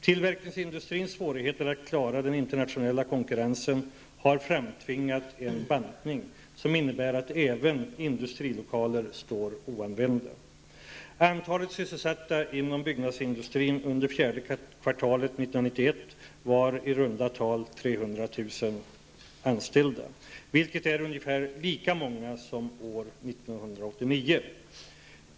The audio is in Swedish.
Tillverkningsindustrins svårigheter att klara den internationella konkurrensen har framtvingat en bantning, som innebär att även industrilokaler står oanvända. Antalet sysselsatta inom byggnadsindustrin under fjärde kvartalet 1991 var runt 300 000, vilket är ungefär lika många som år 1989.